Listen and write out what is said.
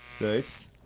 Nice